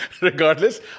regardless